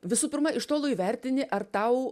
visų pirma iš tolo įvertini ar tau